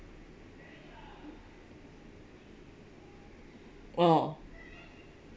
oh